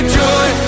joy